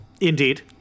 Indeed